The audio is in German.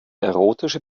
erotische